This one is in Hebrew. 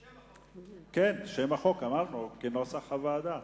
כן, אמרנו שם החוק, כנוסח הוועדה.